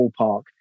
ballpark